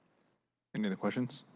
any other questions?